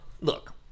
look